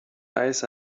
eyes